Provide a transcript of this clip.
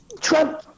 Trump